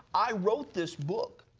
i wrote this book.